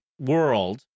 world